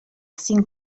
cinc